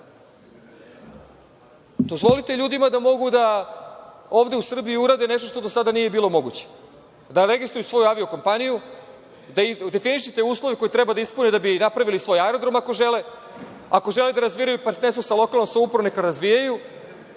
Dozvolite ljudima da mogu da ovde u Srbiji urade nešto što do sada nije bilo moguće, da registruju svoju avio-kompaniju, definišite uslove koje treba da ispune da bi napravili svoj aerodrom ako žele, ako žele da razvijaju partnerstvo sa lokalnom samoupravom, neka razvijaju.